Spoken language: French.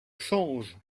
change